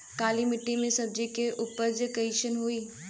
काली मिट्टी में सब्जी के उपज कइसन होई?